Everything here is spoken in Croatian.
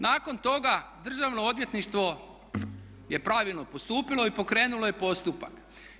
Nakon toga državno odvjetništvo je pravilno postupilo i pokrenulo je postupak.